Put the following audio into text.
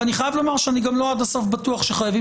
ואני חייב לומר שאני גם לא עד הסוף בטוח שחייבים